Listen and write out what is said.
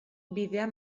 bidea